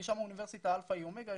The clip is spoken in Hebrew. יש שם אוניברסיטה אלפא אומגה,